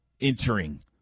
entering